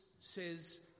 says